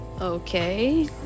Okay